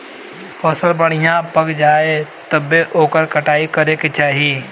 फसल बढ़िया से पक जाये तब्बे ओकर कटाई करे के चाही